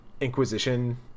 inquisition